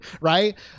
right